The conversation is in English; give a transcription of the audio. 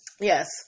yes